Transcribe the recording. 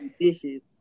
dishes